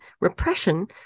repression